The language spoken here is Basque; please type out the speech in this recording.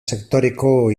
sektoreko